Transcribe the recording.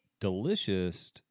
delicious